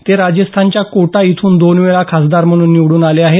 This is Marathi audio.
ते राजस्थानच्या कोटा इथून दोनवेळा खासदार म्हणून निवडून आले आहेत